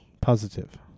Positive